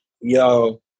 yo